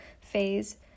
phase